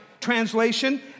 translation